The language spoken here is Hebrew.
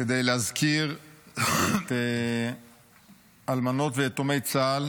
כדי להזכיר את אלמנות ויתומי צה"ל,